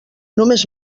només